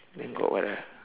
then got what ah